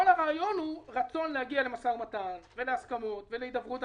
כל הרעיון הוא רצון להגיע למשא ומתן ולהסכמות ולהידברות.